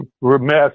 remiss